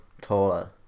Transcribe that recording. taller